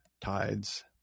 tides